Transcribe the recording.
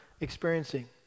experiencing